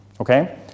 Okay